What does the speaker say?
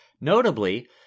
Notably